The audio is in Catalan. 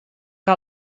que